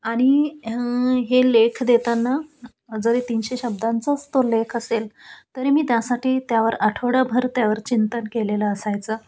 आणि हे लेख देताना जरी तीनशे शब्दांचाच तो लेख असेल तरी मी त्यासाठी त्यावर आठवड्याभर त्यावर चिंतन केलेलं असायचं